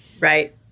Right